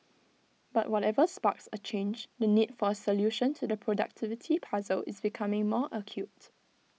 but whatever sparks A change the need for A solution to the productivity puzzle is becoming more acute